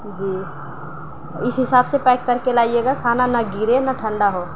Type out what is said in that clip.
جی اس حساب سے پیک کر کے لائیے گا کھانا نہ گرے نہ ٹھنڈا ہو